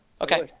Okay